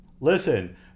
Listen